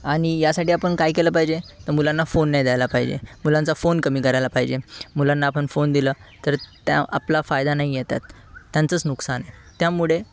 आणि यासाठी आपण काय केलं पाहिजे तर मुलांना फोन नाही द्यायला पाहिजे मुलांचा फोन कमी करायला पाहिजे मुलांना आपण फोन दिला तर त्या आपला फायदा नाही आहे त्यात त्यांचंच नुकसान त्यामुळे